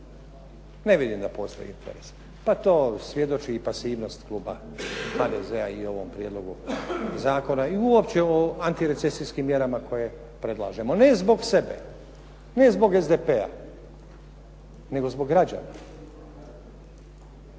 Ne vidim da postoji interes. Pa to svjedoči i pasivnost kluba HDZ-a i u ovom prijedlogu zakona i uopće u antirecesijskim mjerama koje predlažemo ne zbog sebe, ne zbog SDP-a, nego zbog građana.